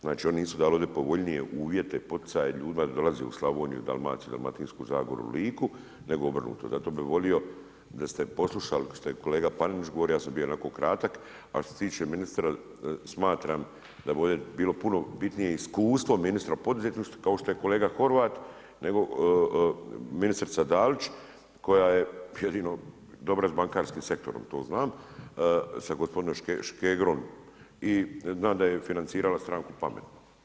Znači oni nisu dali ovdje povoljnije uvjete i poticaje ljudima da dolaze u Slavoniju, Dalmaciju, Dalmatinsku zagoru, Liku, zato bi volio, da ste poslušali, kao što je kolega Panenić govorio, ja sam bio onako kratak, a što se tiče ministra, smatram da bi ovdje bilo puno bitnije iskustvo ministra poduzetništva, kao što je kolega Horvat, nego ministrica Dalić, koja je jedino dobra s bankarskim sektorom, to znam, sa gospodinom Škegrom i znam da je financirala stranku Pametno.